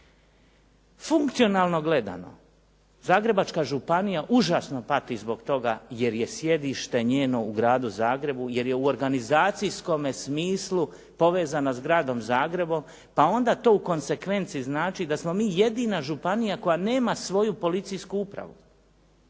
Funkcionalno gledano Zagrebačka županija užasno pati zbog toga, jer je sjedište njeno u Gradu Zagrebu, jer je u organizacijskome smislu povezana s Gradom Zagrebom, pa onda to u konsekvenci znači da smo mi jedina županija koja nema svoju policijsku upravu,